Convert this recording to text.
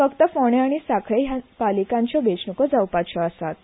फकत फोंडें आनी साखळे हया पालीकांच्यो वेचण्को जावपाच्यो आसात